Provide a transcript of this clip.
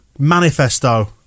manifesto